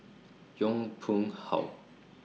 Yong Pung How